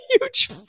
huge